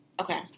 Okay